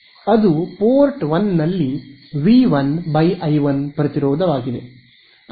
ಅದು ಪೋರ್ಟ್ 1 ನಲ್ಲಿ V 1 I 1 ಪ್ರತಿರೋಧವಾಗಿದೆ